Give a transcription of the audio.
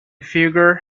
figure